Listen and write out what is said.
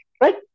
Right